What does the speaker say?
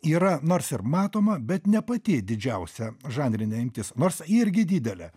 yra nors ir matoma bet ne pati didžiausia žanrinė imtis nors irgi didelė